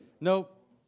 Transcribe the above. Nope